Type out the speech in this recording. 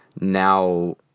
now